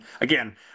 again